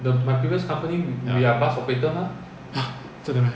!huh! 真的 meh